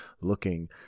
looking